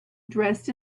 dressed